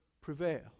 prevail